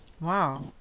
Wow